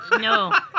no